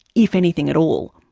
if anything at all.